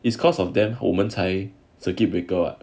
it's cause of them 我们才 circuit breaker [what]